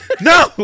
no